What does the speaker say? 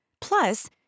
Plus